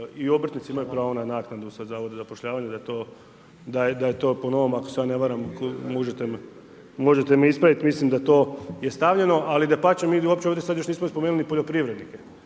i obrtnici imaju pravo na naknadu sa Zavoda za zapošljavanje, da je to po novom ako se ja ne varam, možete me ispravit, mislim da to je stavljeno, ali dapače, mi uopće sad još ovdje nismo spomenuli poljoprivrednike